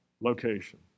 location